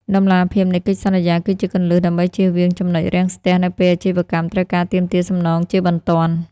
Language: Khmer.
តម្លាភាពនៃកិច្ចសន្យាគឺជាគន្លឹះដើម្បីជៀសវាង ចំណុចរាំងស្ទះ នៅពេលអាជីវកម្មត្រូវការទាមទារសំណងជាបន្ទាន់។